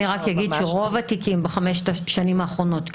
אני רק אגיד שרוב התיקים בחמש השנים האחרונות,